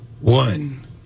one